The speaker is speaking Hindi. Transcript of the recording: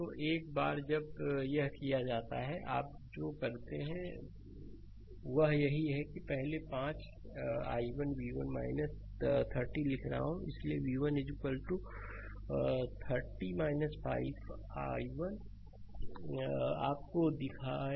तो एक बार जब यह किया जाता है तो आप जो करते हैं वह यही है कि पहले 5 i1 v1 30 लिख रहा हूं इसलिए v1 30 5 1 आपको दिखाया